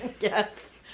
Yes